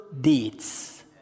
deeds